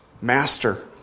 master